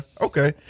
okay